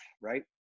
right